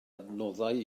adnoddau